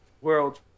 world